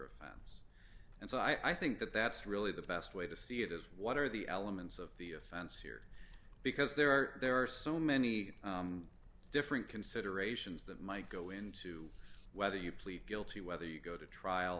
earth and so i think that that's really the best way to see it is what are the elements of the offense here because there are there are so many different considerations that might go into whether you plead guilty whether you go to trial